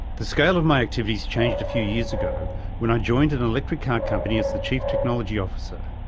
the scale of my activities changed a few years ago when i joined an electric car company as the chief technology officer.